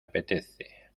apetece